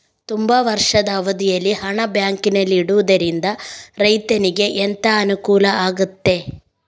ತುಂಬಾ ವರ್ಷದ ಅವಧಿಯಲ್ಲಿ ಹಣ ಬ್ಯಾಂಕಿನಲ್ಲಿ ಇಡುವುದರಿಂದ ರೈತನಿಗೆ ಎಂತ ಅನುಕೂಲ ಆಗ್ತದೆ?